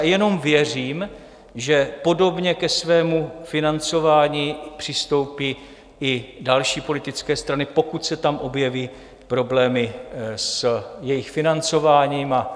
A jenom věřím, že podobně ke svému financování přistoupí i další politické strany, pokud se tam objeví problémy s jejich financováním.